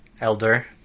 Elder